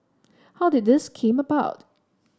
how did this come about